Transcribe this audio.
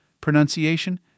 pronunciation